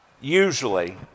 usually